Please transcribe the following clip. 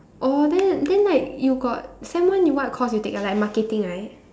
oh then then like you got sem one you what course you take ah like marketing right